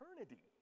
eternity